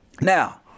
now